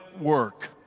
work